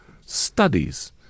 studies